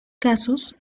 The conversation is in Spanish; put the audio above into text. casos